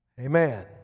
Amen